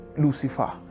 Lucifer